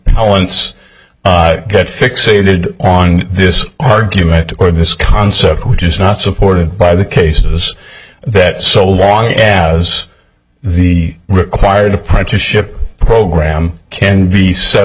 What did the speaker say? once fixated on this argument or this concept which is not supported by the cases that so long as the required apprenticeship program can be set